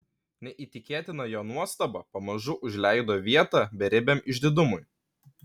neįtikėtina jo nuostaba pamažu užleido vietą beribiam išdidumui